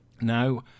Now